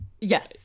Yes